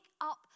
up